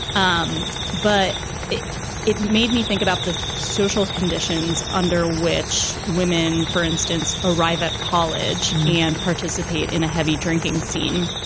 um but it it made me think about the social conditions under which women, for instance, arrive at college and participate in a heavy drinking scene.